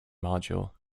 module